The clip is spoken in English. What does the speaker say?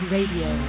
Radio